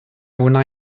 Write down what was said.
wna